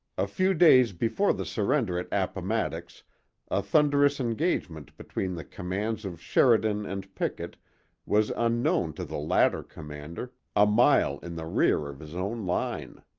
a few days before the surrender at appomattox a thunderous engagement between the commands of sheridan and pickett was unknown to the latter commander, a mile in the rear of his own line.